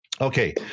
Okay